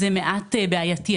זה מעט בעייתי.